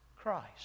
christ